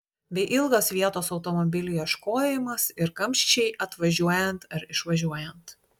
bei ilgas vietos automobiliui ieškojimas ir kamščiai atvažiuojant ar išvažiuojant